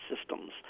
systems